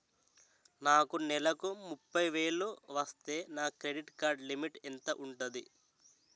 నాకు నెలకు ముప్పై వేలు వస్తే నా క్రెడిట్ కార్డ్ లిమిట్ ఎంత ఉంటాది?